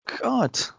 God